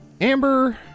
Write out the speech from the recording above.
Amber